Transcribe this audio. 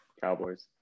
Cowboys